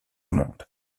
monde